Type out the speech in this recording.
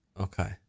Okay